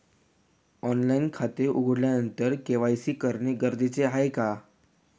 Online खाते उघडल्यानंतर KYC करणे गरजेचे आहे का?